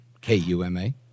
K-U-M-A